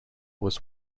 was